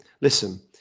listen